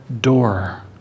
door